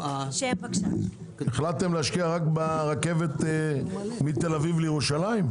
החלטתם להשקיע רק ברכבת מתל אביב לירושלים?